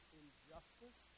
injustice